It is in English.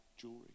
jewelry